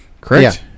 correct